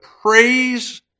praise